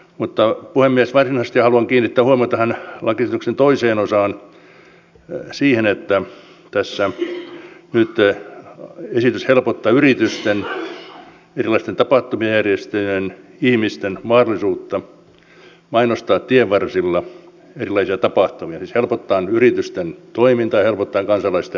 mutta puhemies varsinaisesti haluan kiinnittää huomiota tähän lakiesityksen toiseen osaan siihen että tässä nyt esitys helpottaa yritysten erilaisten tapahtumien järjestäjien ihmisten mahdollisuutta mainostaa tienvarsilla erilaisia tapahtumia siis helpottaen yritysten toimintaa helpottaen kansalaisten arkea